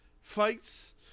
fights